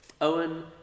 Owen